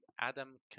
Adam